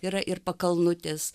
yra ir pakalnutės